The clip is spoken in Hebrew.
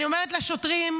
אני אומרת לשוטרים,